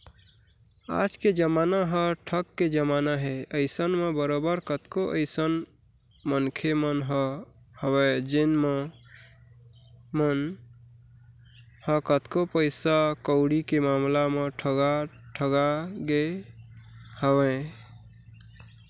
आज के जमाना ह ठग के जमाना हे अइसन म बरोबर कतको अइसन मनखे मन ह हवय जेन मन ह कतको पइसा कउड़ी के मामला म ठगा ठगा गे हवँय